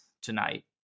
tonight